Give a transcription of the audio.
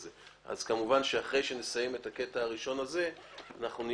כמובן שאחרי שנסיים את הקטע הראשון הזה נהיה